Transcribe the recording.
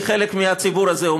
כחלק מהציבור הזה,